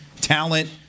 talent